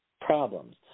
problems